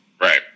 Right